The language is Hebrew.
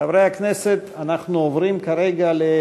חברי הכנסת, התוצאה